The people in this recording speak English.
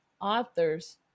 authors